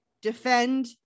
defend